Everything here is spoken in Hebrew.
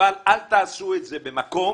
אבל אל תעשו את זה במקום